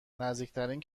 نزدیکترین